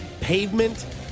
pavement